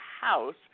House